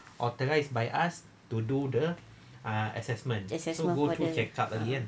assessment for the a'ah